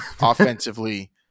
offensively